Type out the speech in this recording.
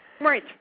Right